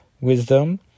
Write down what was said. Wisdom